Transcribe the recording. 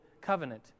covenant